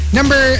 Number